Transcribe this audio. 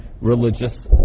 religious